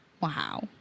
Wow